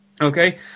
Okay